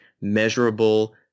Measurable